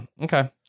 Okay